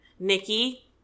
Nikki